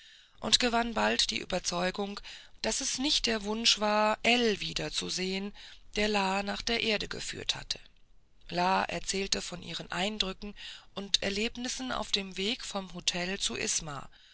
und gewann bald die überzeugung daß es nicht der wunsch war ell wiederzusehen der la nach der erde geführt habe la erzählte von ihren eindrücken und erlebnissen auf dem weg vom hotel zu